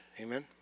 Amen